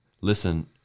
listen